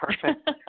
perfect